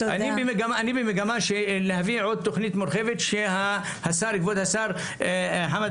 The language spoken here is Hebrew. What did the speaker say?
אני במגמה להביא עוד תוכנית מורחבת שכבוד השר חמד